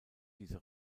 diese